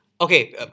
Okay